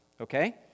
Okay